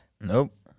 nope